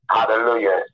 Hallelujah